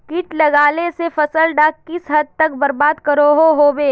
किट लगाले से फसल डाक किस हद तक बर्बाद करो होबे?